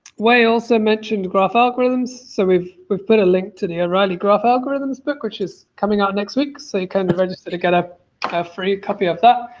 wei also mentioned graph algorithms, so we've we've put a link to the o'reilly graph algorithms book, which is coming out next week, so you kind of register to get ah a free copy of that.